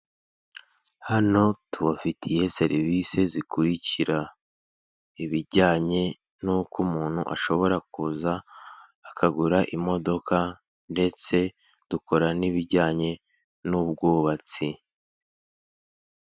Hano tubafitiye serivisi zikurikira; ibijyanye n'uko umuntu ashobora kuza akagura imodoka, ndetse dukora n'ibijyanye n'ubwubatsi.